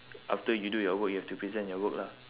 after you do your work you have to present your work lah